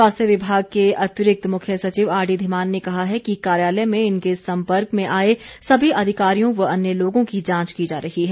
स्वास्थ्य विभाग के अतिरिक्त मुख्य सचिव आरडीधीमान ने कहा है कि कार्यालय में इनके संपर्क में आए सभी अधिकारियों व अन्य लोगों की जांच की जा रही है